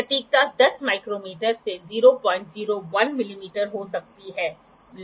तो इस प्रकार 0 से ९० डिग्री ९ मिनट ५९ सेकेंड दिए गए स्टेपस में आप सेकंड के स्टेपस में प्राप्त कर सकते हैं